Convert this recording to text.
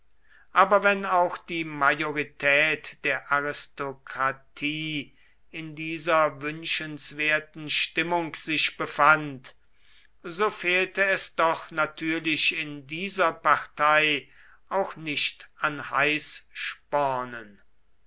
aber wenn auch die majorität der aristokratie in dieser wünschenswerten stimmung sich befand so fehlte es doch natürlich in dieser partei auch nicht an